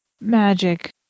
magic